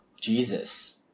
Jesus